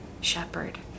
shepherd